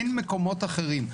אין מקומות אחרים.